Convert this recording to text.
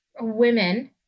women